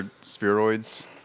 spheroids